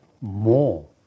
more